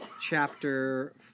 chapter